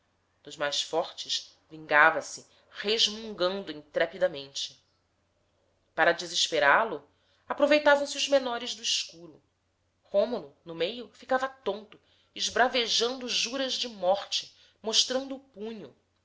dos mais fortes vingava se resmungando intrepidamente para desesperá lo aproveitavam se os menores do escuro rômulo no meio ficava tonto esbravejando juras de morte mostrando o punho